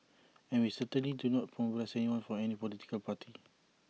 and we certainly do not mobilise anyone for any political party